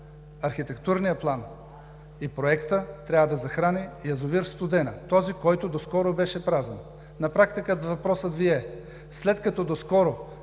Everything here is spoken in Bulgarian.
архитектурния план и проекта трябва да захрани язовир „Студена“ – този, който доскоро беше празен. На практика въпросът Ви е: след като доскоро